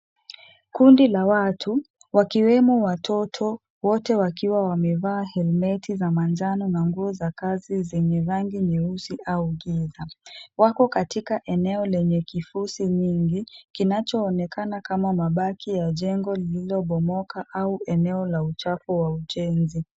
Kundi la watu, wakiwemo watoto wote wakiwa wamevaa helmeti za manjano na nguo za kazi zenye rangi nyeusi au giza. Wako katika eneo lenye kifusi mingi, kinachoonekana kama mabaki ya jengo lililobomoka au eneo la uchafu wa ujenzi.